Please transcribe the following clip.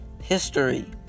history